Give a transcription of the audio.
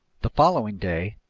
the following day,